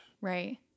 Right